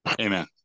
Amen